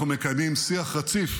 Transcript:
אנחנו מקיימים שיח רציף